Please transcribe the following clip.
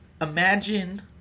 Imagine